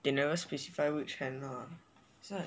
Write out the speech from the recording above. they never specify which hand lah it's like